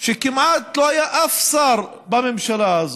שכמעט לא היה אף שר בממשלה הזאת,